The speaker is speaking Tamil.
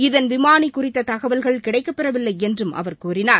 இதன் விமானி குறித்த தகவல்கள் கிடைக்கப்பெறவில்லை என்றும் அவர் கூறினார்